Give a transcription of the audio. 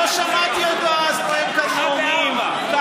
לא שמענו אותו אז נואם כאן נאומים על